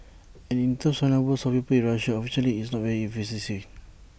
and in terms of number of people in Russia unfortunately it's not very efficient